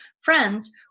Friends